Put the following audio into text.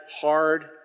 hard